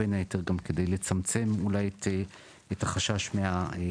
בין היתר גם כדי לצמצם אולי את החשש מהדחה,